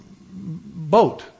boat